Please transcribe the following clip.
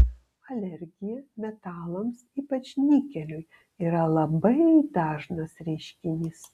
alergija metalams ypač nikeliui yra labai dažnas reiškinys